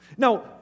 Now